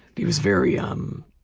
he was very um